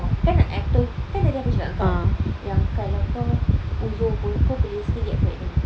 orh kan I told you kan tadi aku cakap dengan kau yang kalau kau uzur pun kau boleh still get pregnant